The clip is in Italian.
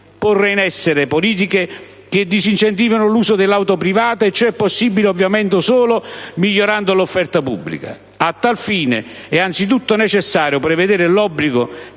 porre in essere politiche che disincentivino l'uso dell'auto privata e ciò è possibile ovviamente solo migliorando l'offerta pubblica. A tal fine è anzitutto necessario prevedere l'obbligo